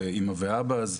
ו"אמא ואבא'ז"